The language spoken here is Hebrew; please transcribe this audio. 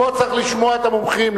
פה צריך לשמוע את המומחים.